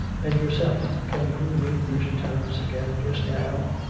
and yourself? can you meet mr. thomas again just now?